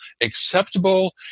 acceptable